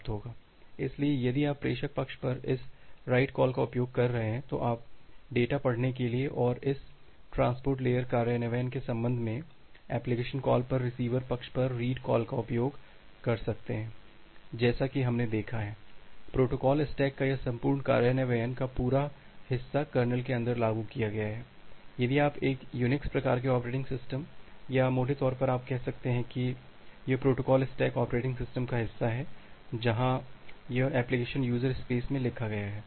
इसलिए यदि आप प्रेषक पक्ष पर इस राईट कॉल का उपयोग कर रहे हैं तो आप डेटा पढ़ने के लिए और इस ट्रांसपोर्ट लेयर कार्यान्वयन के संबंध में एप्लिकेशन कॉल पर रिसीवर पक्ष पर रीड कॉल का उपयोग कर सकते हैं जैसा कि हमने देखा है कि प्रोटोकॉल स्टैक का यह सम्पूर्ण कार्यान्वयन का पूरा हिस्सा कर्नेल के अंदर लागू किया गया है यदि आप एक यूनिक्स प्रकार के ऑपरेटिंग सिस्टम या मोटे तौर पर आप कह सकते हैं कि यह प्रोटोकॉल स्टैक ऑपरेटिंग सिस्टम का हिस्सा है जहाँ यह एप्लीकेशन यूजर स्पेस में लिखा गया है